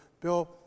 Bill